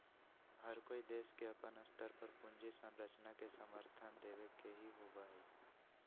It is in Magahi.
हर कोई देश के अपन स्तर पर पूंजी संरचना के समर्थन देवे के ही होबा हई